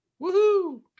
Woohoo